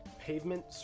pavement